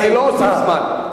לא אוסיף זמן.